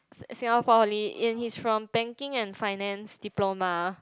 Singapore poly and he's from banking and finance diploma